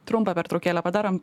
trumpą pertraukėlę padarom